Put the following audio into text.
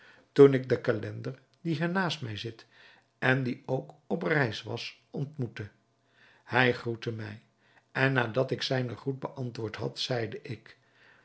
toen ik den calender die hier naast mij zit en die ook op reis was ontmoette hij groette mij en nadat ik zijnen groet beantwoord had zeide ik